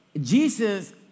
Jesus